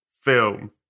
film